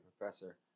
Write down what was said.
professor